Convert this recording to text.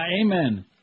Amen